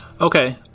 Okay